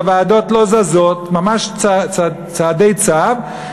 והוועדות לא זזות, ממש צעדי צב.